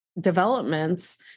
developments